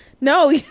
No